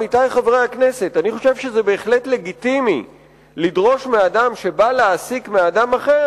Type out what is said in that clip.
אני חושב שבהחלט לגיטימי לדרוש מאדם שבא להעסיק אדם אחר